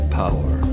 power